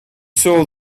saw